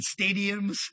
stadiums